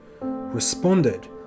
responded